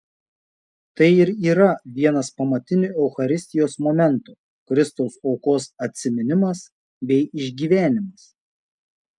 tai ir yra vienas pamatinių eucharistijos momentų kristaus aukos atsiminimas bei išgyvenimas